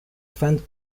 friend